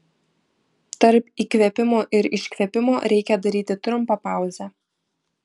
tarp įkvėpimo ir iškvėpimo reikia daryti trumpą pauzę